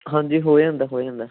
ਹਾਂਜੀ ਹੋ ਜਾਂਦਾ ਹੋ ਜਾਂਦਾ